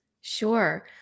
Sure